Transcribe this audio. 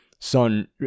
Son